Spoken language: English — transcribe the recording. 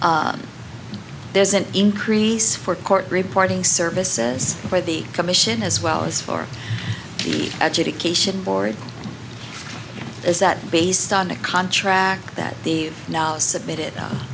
o there's an increase for court reporting services for the commission as well as for the education board is that based on a contract that the submitted